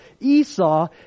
Esau